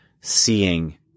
seeing